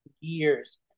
years